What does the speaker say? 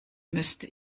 müsste